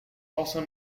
also